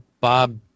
Bob